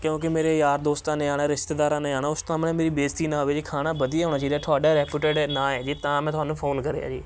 ਕਿਉਂਕਿ ਮੇਰੇ ਯਾਰ ਦੋਸਤਾਂ ਨੇ ਆਉਣਾ ਰਿਸ਼ਤੇਦਾਰਾਂ ਨੇ ਆਉਣਾ ਉਸ ਸਾਹਮਣੇ ਮੇਰੀ ਬੇਇਜ਼ਤੀ ਨਾ ਹੋਵੇ ਜੀ ਖਾਣਾ ਵਧੀਆ ਹੋਣਾ ਚਾਹੀਦਾ ਤੁਹਾਡਾ ਰੈਪੂਟੇਡਿਡ ਨਾਂ ਹੈ ਜੀ ਤਾਂ ਮੈਂ ਤੁਹਾਨੂੰ ਫੋਨ ਕਰਿਆ ਜੀ